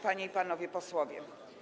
Panie i Panowie Posłowie!